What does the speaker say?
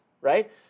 right